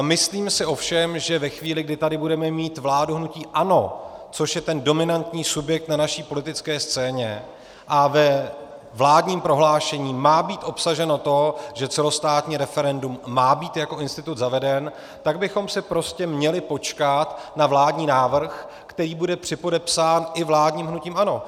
Myslím si ovšem, že ve chvíli, kdy tady budeme mít vládu hnutí ANO, což je ten dominantní subjekt na naší politické scéně, a ve vládním prohlášení má být obsaženo to, že celostátní referendum má být jako institut zaveden, tak bychom si prostě měli počkat na vládní návrh, který bude připodepsán i vládním hnutím ANO.